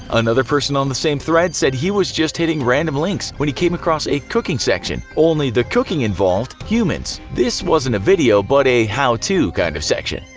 another person on the same thread said he was just hitting random links when he came across a cooking section, only the cooking involved humans. this wasn't a video, but a how to kind of section.